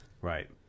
right